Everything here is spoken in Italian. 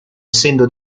essendo